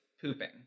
pooping